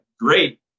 great